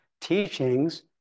teachings